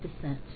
descent